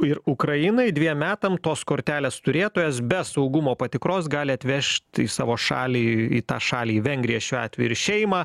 ir ukrainai dviem metam tos kortelės turėtojas be saugumo patikros gali atvežt į savo šalį į tą šalį į vengriją šiuo atveju ir šeimą